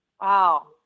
Wow